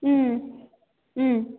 अँ अँ